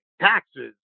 taxes